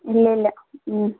ഇല്ല ഇല്ല